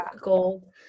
gold